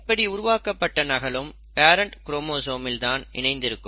இப்படி உருவாக்கப்பட்ட நகலும் பேரன்ட் குரோமோசோமில் தான் இணைந்திருக்கும்